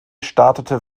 startete